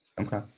Okay